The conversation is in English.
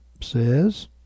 says